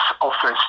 office